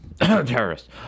Terrorists